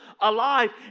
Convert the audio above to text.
Alive